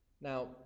Now